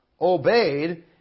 obeyed